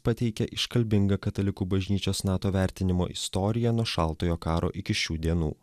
pateikė iškalbingą katalikų bažnyčios nato vertinimo istoriją nuo šaltojo karo iki šių dienų